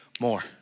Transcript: More